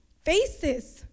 faces